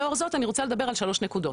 לאור זאת אני רוצה לדבר על שלוש נקודות,